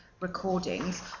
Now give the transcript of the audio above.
recordings